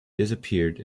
disappeared